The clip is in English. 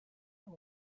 know